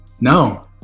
No